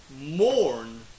Mourn